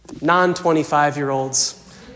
non-25-year-olds